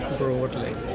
broadly